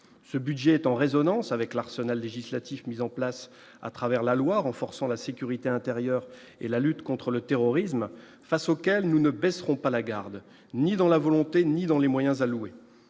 ce budget est en résonance avec l'arsenal législatif mis en place à travers la loi renforçant la sécurité intérieure et la lutte contre le terrorisme, face auxquelles nous ne baisserons pas la garde, ni dans la volonté, ni dans les moyens alloués